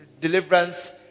deliverance